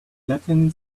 latin